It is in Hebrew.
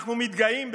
אנחנו מתגאים בזה.